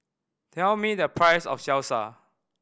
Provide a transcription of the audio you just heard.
tell me the price of Salsa